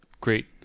great